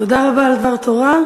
תודה רבה על דבר תורה.